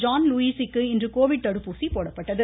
John லூயிஸ்க்கு இன்று COVID தடுப்பூசி போடப்பட்டது